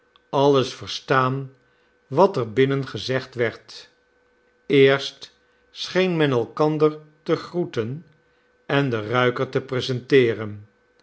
alles verstaan wat er binnen gezegd werd eerst scheen men elkander te groeten en den ruiker te presenteeren